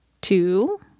two